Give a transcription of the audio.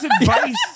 advice